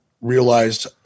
realized